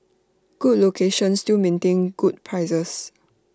good locations still maintain good prices